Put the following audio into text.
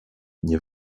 nie